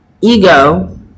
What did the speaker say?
Ego